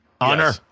Honor